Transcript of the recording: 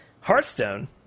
Hearthstone